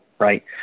Right